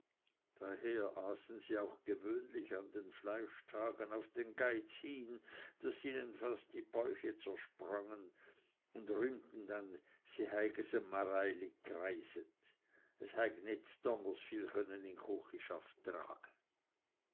daher aßen sie auch gewöhnlich an den fleischtagen auf den geiz hin daß ihnen fast die bäuche zersprangen und rühmten dann sie heige's em mareili g'reiset es heig nit z'donnersviel chönne i chuchischaft trage